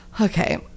Okay